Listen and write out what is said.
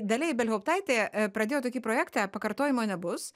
dalia ibelhauptaitė pradėjo tokį projektą pakartojimo nebus